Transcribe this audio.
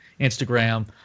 Instagram